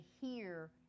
hear